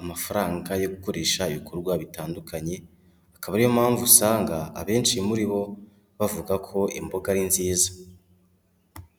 amafaranga yo gukoresha ibikorwa bitandukanye, akaba ari yo mpamvu usanga abenshi muri bo, bavuga ko imboga ari nziza.